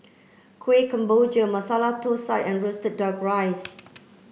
Kueh Kemboja Masala Thosai and roasted duck rice